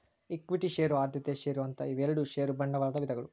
equity share ಆದ್ಯತೆಯ share ಅಂತ ಇವೆರಡು ಷೇರ ಬಂಡವಾಳದ ವಿಧಗಳು